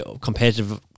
competitive